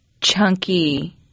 chunky